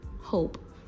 hope